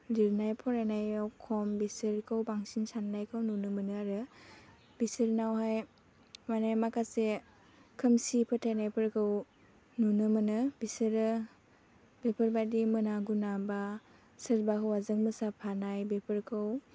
लिरनाय फरायनायाव खम बिसोरखौ बांसिन साननायखौ नुनो मोनो आरो बिसोरनावहाय माने माखासे खोमसि फोथायनायफोरखौ नुनो मोनो बिसोरो बेफोरबायदि मोना गुना बा सोरबा हौवाजों मोसाफानाय बेफोरखौ